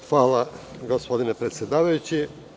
Hvala, gospodine predsedavajući.